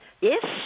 Yes